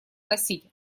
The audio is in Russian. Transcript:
носить